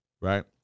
right